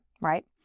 right